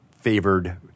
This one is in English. favored